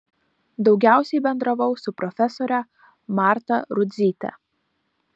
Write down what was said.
daugiausiai bendravau su profesore marta rudzyte